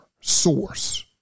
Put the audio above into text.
source